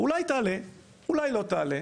אולי תעלה, אולי לא תעלה.